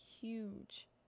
huge